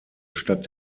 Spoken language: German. statt